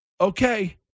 okay